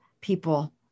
people